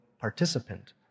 participant